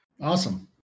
awesome